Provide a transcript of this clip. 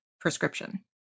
prescription